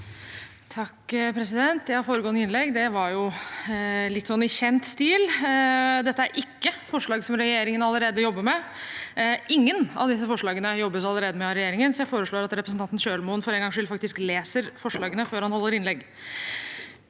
(H) Det foregå- ende innlegget var jo i kjent stil. Dette er ikke forslag som regjeringen allerede jobber med. Ingen av disse forslagene jobbes det allerede med av regjeringen, så jeg foreslår at representanten Kjølmoen for en gangs skyld faktisk leser forslagene før han holder innlegg.